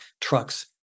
trucks